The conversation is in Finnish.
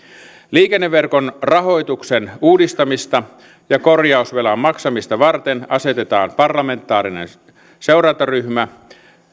liikenneverkon rahoituksen uudistamista ja korjausvelan maksamista varten asetetaan parlamentaarinen seurantaryhmä